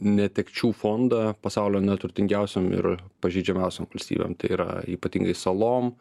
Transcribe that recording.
netekčių fondą pasaulio neturtingiausiom ir pažeidžiamiausiom valstybėm tai yra ypatingai salom